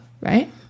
right